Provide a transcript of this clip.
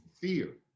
fear